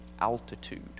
Altitude